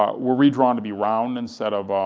um were redrawn to be round instead of